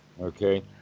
okay